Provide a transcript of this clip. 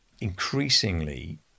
increasingly